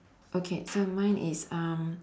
okay so mine is um